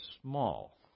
small